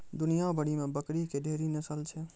दुनिया भरि मे बकरी के ढेरी नस्ल छै